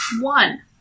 One